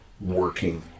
working